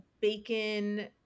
bacon